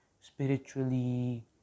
spiritually